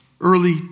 Early